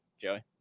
Joey